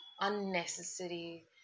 unnecessary